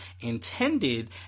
intended